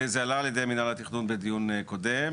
זה עלה על ידי מינהל התכנון בדיון הקודם,